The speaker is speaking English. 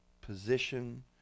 position